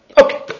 Okay